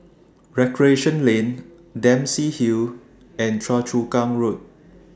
Recreation Lane Dempsey Hill and Choa Chu Kang Road